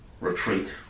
Retreat